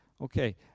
Okay